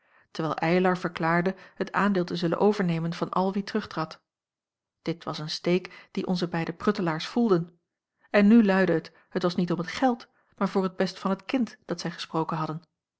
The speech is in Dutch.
terwijl eylar verklaarde het aandeel te zullen overnemen van al wie terugtrad dit was een steek dien onze beide pruttelaars voelden en nu luidde het het was niet om het geld maar voor het best van het kind dat zij gesproken hadden